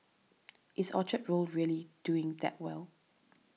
is Orchard Road really doing that well